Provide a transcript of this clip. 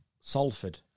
Salford